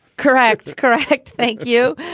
correct. correct. thank you.